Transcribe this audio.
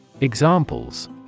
Examples